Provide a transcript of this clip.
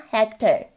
,Hector